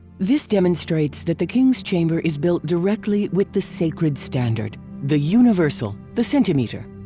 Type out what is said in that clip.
this demonstrates that the king's chamber is built directly with the sacred standard, the universal, the centimeter.